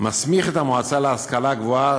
מסמיך את המועצה להשכלה גבוהה,